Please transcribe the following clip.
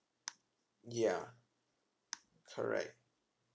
ya correct